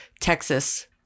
Texas